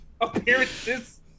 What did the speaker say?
appearances